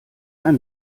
ein